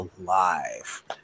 alive